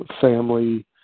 family